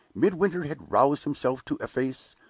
midwinter had roused himself to efface,